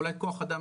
אולי כוח אדם,